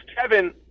Kevin